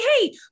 hey